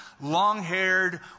long-haired